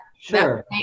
Sure